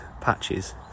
patches